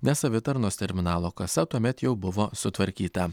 nes savitarnos terminalo kasa tuomet jau buvo sutvarkyta